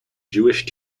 jewish